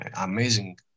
amazing